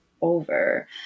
over